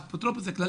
האפוטרופוס הכללי,